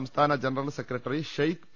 സംസ്ഥാന general secretary Sheikh P